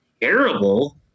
terrible